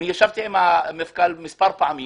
ישבתי עם המפכ"ל מספר פעמים